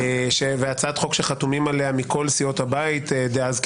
וזו הצעת חוק שחתומים עליה כמעט מכל סיעות הבית דאז,